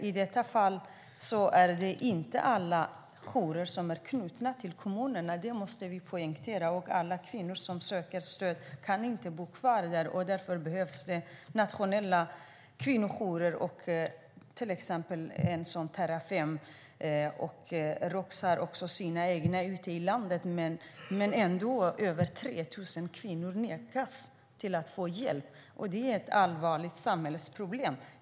I detta fall är det inte alla jourer som är knutna till kommunerna. Det måste vi poängtera. Alla kvinnor som söker stöd kan inte bo kvar där, och därför behövs det nationella kvinnojourer som Terrafem. Roks har också sina egna ute i landet, men ändå är det över 3 000 kvinnor som nekas hjälp, och det är ett allvarligt samhällsproblem.